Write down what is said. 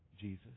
Jesus